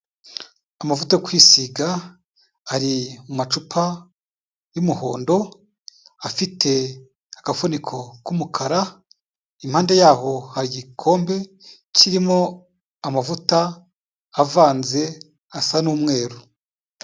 Amavuta yo kwisiga ari mu macupa y'umuhondo, afite agafuniko k'umukara, impande yaho hari igikombe kirimo amavuta avanze asa n'umweru.